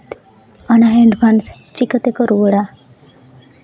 ᱚᱱᱟ ᱮᱰᱵᱷᱟᱱᱥ ᱪᱤᱠᱟᱹ ᱛᱮᱠᱚ ᱨᱩᱣᱟᱹᱲᱟ